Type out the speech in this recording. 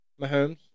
Mahomes